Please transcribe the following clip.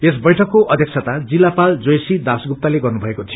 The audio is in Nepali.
यस बैइकको अध्यक्षता जिल्लापाल जोयसी दासगुप्ताले गन्नुभएको थियो